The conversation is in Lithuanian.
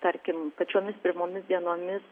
tarkim pačiomis pirmomis dienomis